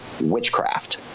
witchcraft